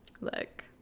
look